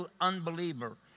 unbeliever